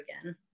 again